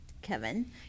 Kevin